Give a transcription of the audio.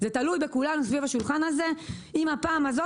זה תלוי בכולנו סביב השולחן הזה אם בפעם הזאת